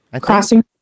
Crossing